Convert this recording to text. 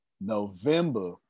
November